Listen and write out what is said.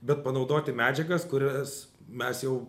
bet panaudoti medžiagas kurias mes jau